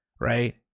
right